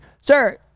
sir